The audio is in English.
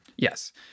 Yes